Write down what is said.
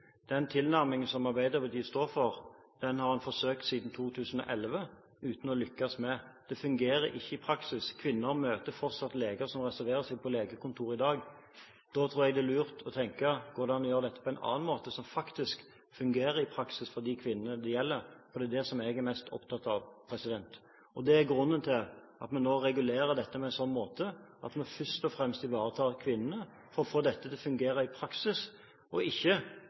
Den tilnærmingen som Arbeiderpartiet står for, har en forsøkt siden 2011 uten å lykkes. Det fungerer ikke i praksis. Kvinner møter fortsatt leger som reserverer seg, på legekontorer i dag. Da tror jeg det er lurt å tenke på hvordan man kan gjøre dette på en annen måte, som faktisk fungerer i praksis for de kvinnene det gjelder. Det er det jeg er mest opptatt av. Det er grunnen til at vi nå regulerer dette på en sånn måte at vi først og fremst ivaretar kvinnene for å få dette til å fungere i praksis, og ikke